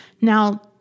Now